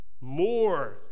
more